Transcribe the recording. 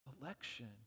Election